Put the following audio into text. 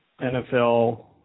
NFL